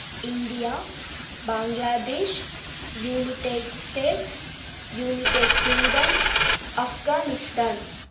India Bangladesh United States United Kingdom Afghanistan